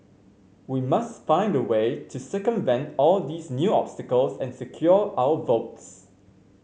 we must find a way to circumvent all these new obstacles and secure our votes